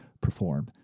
perform